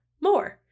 More